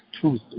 truth